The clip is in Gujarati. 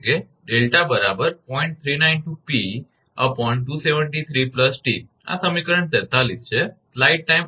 392𝑝 273𝑡 આ સમીકરણ 43 છે